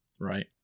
right